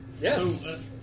Yes